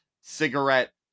cigarette